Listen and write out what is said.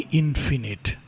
infinite